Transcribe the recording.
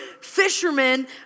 fishermen